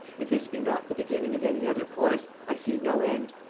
if this be not the beginning of any other course, i see no end.